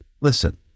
listen